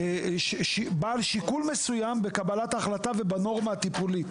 בעל שיקול מסוים, בקבלת ההחלטה ובנורמה הטיפולית.